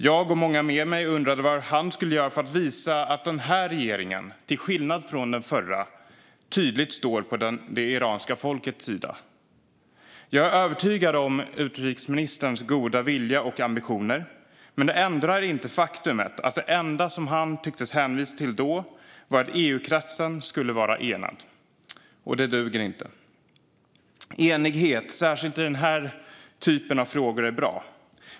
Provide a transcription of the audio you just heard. Jag och många med mig undrade vad han skulle göra för att visa att den här regeringen, till skillnad från den förra, tydligt står på det iranska folkets sida. Jag är övertygad om utrikesministerns goda vilja och ambitioner, men det ändrar inte faktumet att det enda som han tycktes hänvisa till då var att EU-kretsen skulle vara enad. Det duger inte. Enighet, särskilt i den här typen av frågor, är bra.